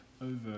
over